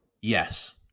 Yes